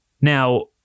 Now